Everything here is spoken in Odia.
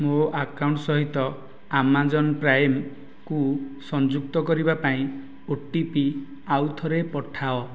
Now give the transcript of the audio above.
ମୋ ଆକାଉଣ୍ଟ ସହିତ ଆମାଜନ୍ ପ୍ରାଇମ୍କୁ ସଂଯୁକ୍ତ କରିବା ପାଇଁ ଓଟିପି ଆଉଥରେ ପଠାଅ